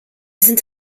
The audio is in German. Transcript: sind